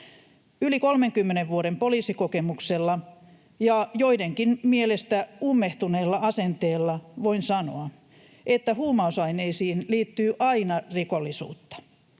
Yli 30 vuoden poliisikokemuksella ja joidenkin mielestä ummehtuneella asenteella voin sanoa, että huumausaineisiin liittyy aina rikollisuutta.